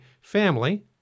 family